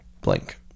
blank